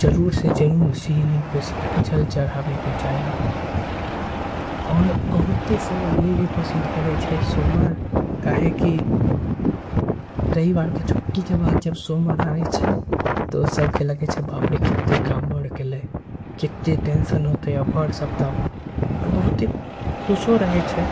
जरूर जल चढ़ाए के छे।